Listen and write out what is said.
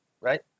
right